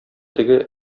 теге